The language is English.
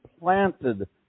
planted